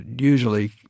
usually